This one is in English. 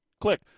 Click